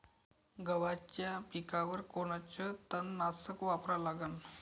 गव्हाच्या पिकावर कोनचं तननाशक वापरा लागन?